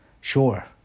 Sure